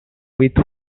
with